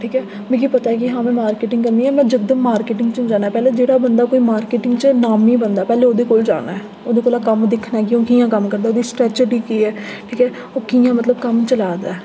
ठीक ऐ मिगी पता ऐ कि हां में मार्किटिंग करनी ऐ में यकदम मार्किटिंग च जाना पैह्लें जैह्ड़ा बंदा कोई मार्किटिंग च नाम ऐ बंदे दा पैह्लें ओह्दे कोल जाना ऐ ओह्दे कोला कम्म दिक्खना कि ओह् कि'यां कम्म करदा ओह्दी स्ट्रेटजी केह् ऐ ठीक ऐ ओह् कि'यां मतलब कम्म चला दा ऐ